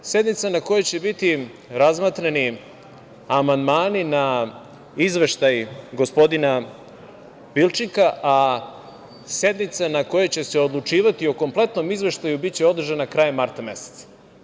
Na toj sednici će biti razmatrani amandmani na Izveštaj gospodina Bilčika, a sednica na kojoj će se odlučivati o kompletnom izveštaju biće održana krajem marta meseca.